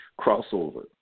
crossover